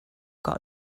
got